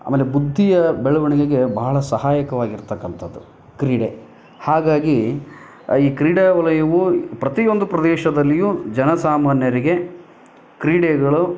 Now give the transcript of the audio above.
ಆಮೇಲೆ ಬುದ್ಧಿಯ ಬೆಳವಣಿಗೆಗೆ ಬಹಳ ಸಹಾಯಕವಾಗಿರತಕ್ಕಂಥದ್ದು ಕ್ರೀಡೆ ಹಾಗಾಗಿ ಈ ಕ್ರೀಡಾ ವಲಯವು ಪ್ರತಿಯೊಂದು ಪ್ರದೇಶದಲ್ಲಿಯು ಜನಸಾಮಾನ್ಯರಿಗೆ ಕ್ರೀಡೆಗಳು